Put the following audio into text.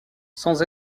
sans